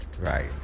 right